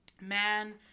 man